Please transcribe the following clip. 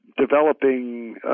developing